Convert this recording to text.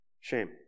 Shame